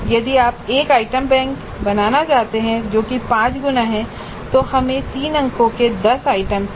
यदि आप एक आइटम बैंक बनाना चाहते हैं जो कि 5 गुना है तो हमें 3 अंकों के 10 आइटम चाहिए